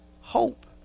Hope